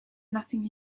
nothing